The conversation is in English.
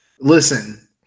Listen